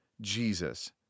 Jesus